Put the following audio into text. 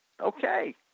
okay